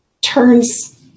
turns